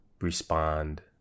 respond